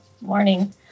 Morning